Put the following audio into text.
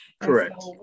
Correct